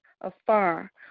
afar